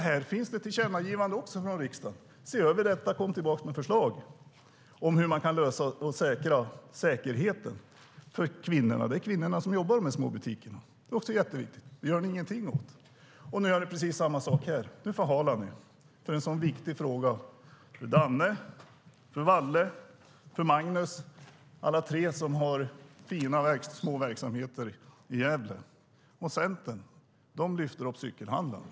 Här finns ett tillkännagivande från riksdagen om att komma tillbaka med förslag om hur man kan lösa problemet med säkerheten för kvinnorna; det är kvinnorna som jobbar i småbutikerna. Det är jätteviktigt, men det gör ni ingenting åt. Nu gör ni precis samma sak, ni förhalar en fråga som är så viktig för Danne, Valle och Magnus, som alla tre har fina små verksamheter i Gävle. Centern, de lyfter upp cykelhandlarna.